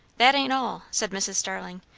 that ain't all, said mrs. starling.